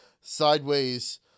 sideways